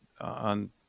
on